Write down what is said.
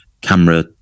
camera